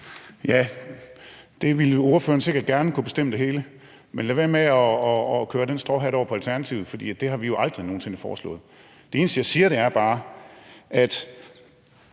Det ville ordføreren sikkert gerne, altså kunne bestemme det hele, men lad være med at placere den stråmand hos Alternativet, for det har vi jo aldrig nogen sinde foreslået. Det eneste, jeg siger, er bare, at